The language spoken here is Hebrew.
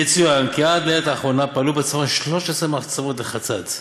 יצוין כי עד לעת האחרונה פעלו בצפון 13 מחצבות לחצץ,